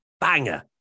banger